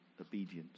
obedience